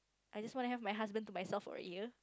I just want to have my husband to myself for a year